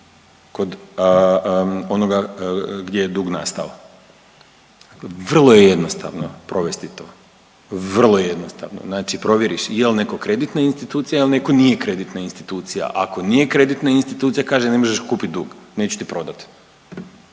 kod onoga gdje je dug nastao. Vrlo je jednostavno provesti to, vrlo jednostavno. Znači provjeriš jel neko kreditna institucija ili neko nije kreditna institucija, ako nije kreditna institucija kaže ne možeš kupiti dug, neću ti prodati.